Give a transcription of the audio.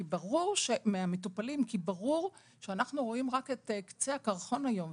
כי ברור שאנחנו רואים רק את קצה הקרחון היום,